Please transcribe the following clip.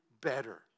better